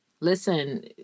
listen